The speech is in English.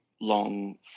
long